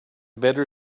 better